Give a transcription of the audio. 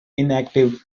inactive